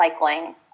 recycling